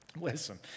listen